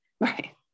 Right